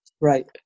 Right